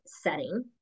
setting